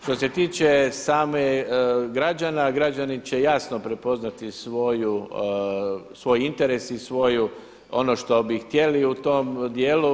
Što se tiče samih građana, građani će jasno prepoznati svoj interes i svoju, ono što bi htjeli u tom dijelu.